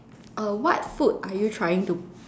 uh what food are you trying to